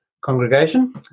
congregation